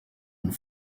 and